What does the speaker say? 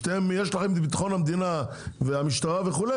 יש לכם את ביטחון המדינה והמשטרה וכו',